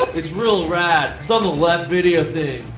it's real rad. it's on the left video thing.